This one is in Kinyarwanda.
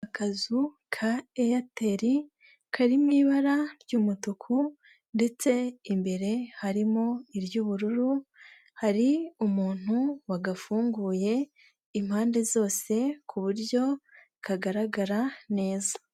Akazu ka Airtel kari mu ibara ry'umutuku ndetse imbere harimo iry'ubururu, hari umuntu wagafunguye impande zose ku buryo kagaragara neza.